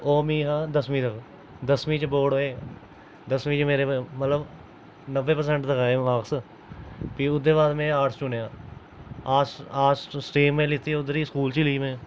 ओह् मी हा दसमीं तक दसमीं च बोर्ड होए दसमीं च मेरे मतलब नब्बे परसेन्ट तक आए मार्क्स फ्ही ओह्दे बाद मैं आर्ट्स चुनेआ आर्ट्स आर्ट्स स्ट्रीम में लैती उद्धर ई स्कूल च लेई में